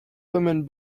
women